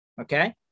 okay